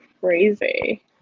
crazy